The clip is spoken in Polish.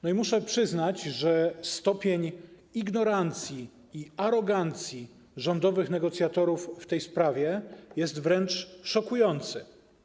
I muszę przyznać, że stopień ignorancji i arogancji rządowych negocjatorów w tej sprawie jest wręcz szokujący.